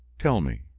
tell me,